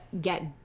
get